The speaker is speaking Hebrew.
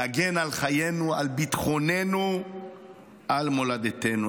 להגן על חיינו, על ביטחוננו, על מולדתנו.